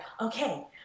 okay